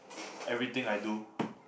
everything I do